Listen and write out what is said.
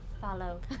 Follow